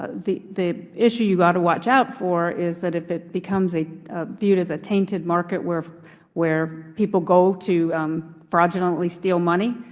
ah the the issue you've got to watch out for is that if it becomes viewed as a tainted market where where people go to fraudulently steal money,